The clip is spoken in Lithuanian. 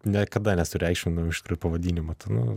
niekada nesureikšminom iš tikrų pavadinimo to nu